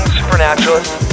supernaturalists